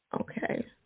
Okay